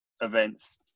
events